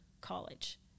college